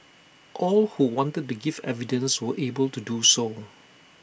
all who wanted to give evidence were able to do so